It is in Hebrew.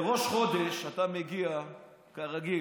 בראש חודש אתה מגיע כרגיל,